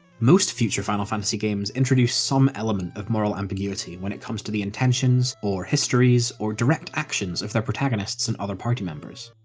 most future final fantasy games introduce some element of moral ambiguity when it comes to the intentions, or histories, or direct actions of their protagonists and other party members.